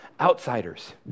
outsiders